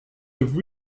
have